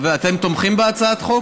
אתם תומכים בהצעת החוק?